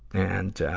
and,